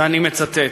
ואני מצטט: